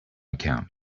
account